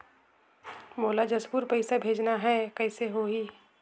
मोला जशपुर पइसा भेजना हैं, कइसे होही?